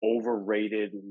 overrated